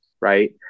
Right